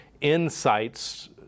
insights